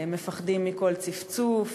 מפחדים מכל צפצוף,